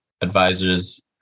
advisors